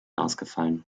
ausgefallen